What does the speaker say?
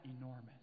enormous